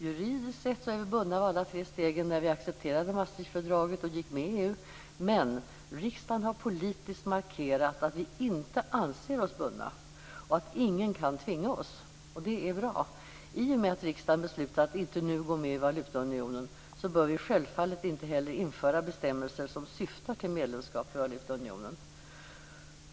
Juridiskt sett är vi bundna av alla tre stegen när vi accepterade Maastrichtfördraget och gick med i EU. Men riksdagen har politiskt markerat att vi inte anser oss bundna och att ingen kan tvinga oss. Det är bra. I och med att riksdagen beslutat att inte nu gå med i valutaunionen bör vi självfallet inte heller införa bestämmelser som syftar till medlemskap i valutaunionen.